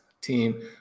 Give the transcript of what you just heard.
team